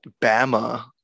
Bama